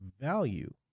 value